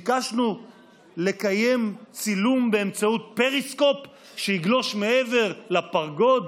ביקשנו לקיים צילום באמצעות פריסקופ שיגלוש מעבר לפרגוד?